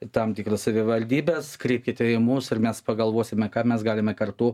tam tikros savivaldybės kreipkite į mus ir mes pagalvosime ką mes galime kartu